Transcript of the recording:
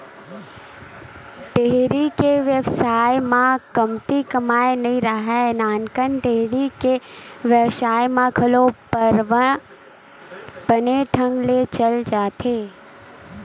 dairy के बेवसाय म कमती कमई नइ राहय, नानकन डेयरी के बेवसाय म घलो परवार बने ढंग ले चल जाथे